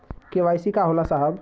KYC का होला साहब?